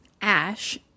Ash